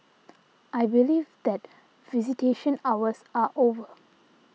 I believe that visitation hours are over